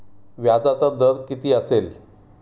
व्याजाचा दर किती असेल?